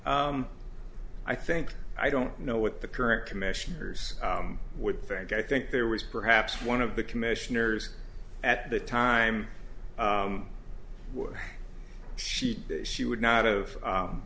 i think i don't know what the current commissioners would think i think there was perhaps one of the commissioners at the time she she would not of